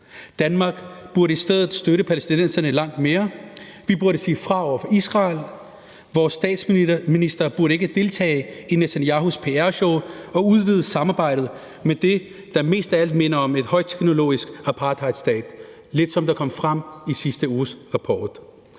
Danmark burde i stedet for støtte palæstinenserne langt mere. Vi burde sige fra over for Israel. Vores statsminister burde ikke deltage i Netanyahus pr-show og udvide samarbejdet med det, der mest af alt minder om en højteknologisk apartheidstat, lidt som det kom frem i sidste uges rapport.